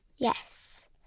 Yes